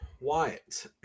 Wyatt